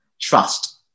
Trust